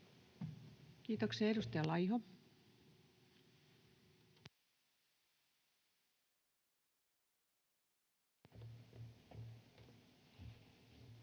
riittänyt. Edustaja Laiho